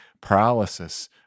paralysis